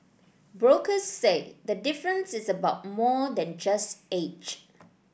brokers say the difference is about more than just age